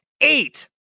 Eight